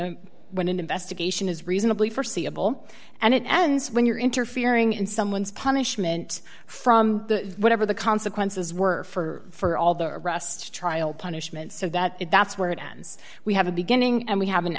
when when an investigation is reasonably forseeable and it ends when you're interfering in someone's punishment from the whatever the consequences were for all the rest trial punishment so that if that's where it ends we have a beginning and we have an